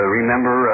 remember